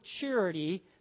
charity